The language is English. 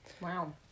Wow